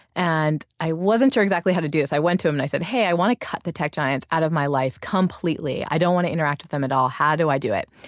and i wasn't sure exactly how to do this. i went to him and i said, hey, i want to cut the tech giants out of my life completely, i don't want to interact with them at all. how do i do it?